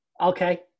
Okay